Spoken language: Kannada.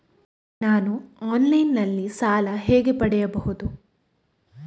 ನಾನು ಆನ್ಲೈನ್ನಲ್ಲಿ ಸಾಲ ಹೇಗೆ ಪಡೆಯುವುದು?